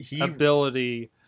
ability